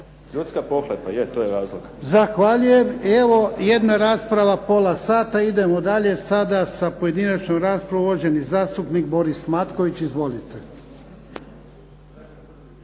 Ljudska pohlepa, je to je razlog.